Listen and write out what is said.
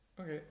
Okay